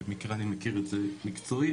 במקרה אני מכיר את זה מקצועית,